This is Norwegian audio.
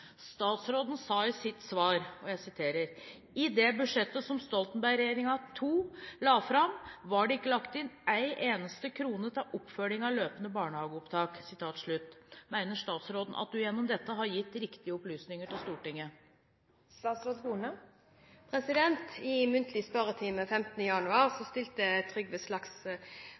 Statsråden sa i sitt svar: «... i det budsjettet som Stoltenberg II-regjeringen la fram, var det ikke lagt inn en eneste krone til oppfølgingen av løpende barnehageopptak.» Mener statsråden at hun gjennom dette har gitt riktige opplysninger til Stortinget?» I muntlig spørretime 15. januar stilte Trygve